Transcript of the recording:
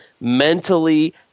mentally-